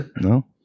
No